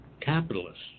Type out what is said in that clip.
capitalists